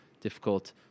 difficult